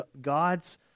God's